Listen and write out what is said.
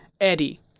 Eddie